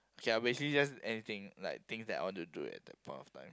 K lah basically just anything like things that I want to do at that point of time